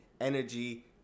energy